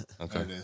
Okay